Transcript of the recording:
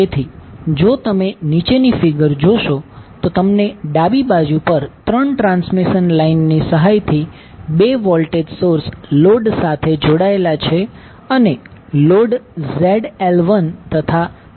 તેથી જો તમે નીચેની ફિગર જોશો તો તમને ડાબી બાજુ પર 3 ટ્રાન્સમિશન લાઈનની સહાયથી 2 વોલ્ટેજ સોર્સ લોડ સાથે જોડાયેલા છે અને લોડ ZL1તથા ZL2 જોડાયેલ છે